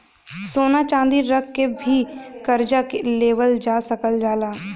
सोना चांदी रख के भी करजा लेवल जा सकल जाला